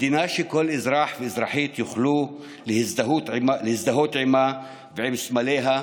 מדינה שכל אזרח ואזרחית יוכלו להזדהות עימה ועם סמליה,